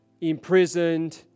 imprisoned